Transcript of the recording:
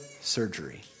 surgery